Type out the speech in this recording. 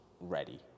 ready